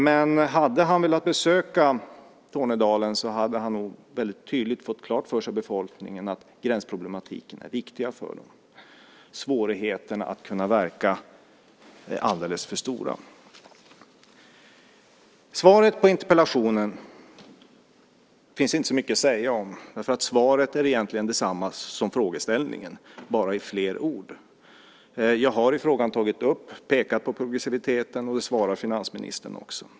Om han hade velat besöka Tornedalen hade han tydligt fått klart för sig att gränsproblematiken är viktig för befolkningen där. Svårigheterna att kunna verka är alldeles för stora. Det finns inte mycket att säga om svaret på interpellationen. Svaret är egentligen detsamma som frågeställningen, men i form av fler ord. Jag har i frågan pekat på progressiviteten, och det svarar finansministern också på.